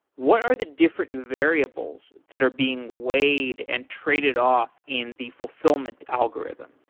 what are the different variables that are being weighed and traded off in the fulfillment algorithm?